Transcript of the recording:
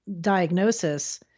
diagnosis